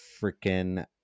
freaking